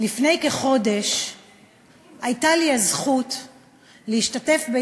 לפני כחודש הייתה לי הזכות להשתתף,